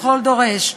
לכל דורש,